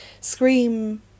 Scream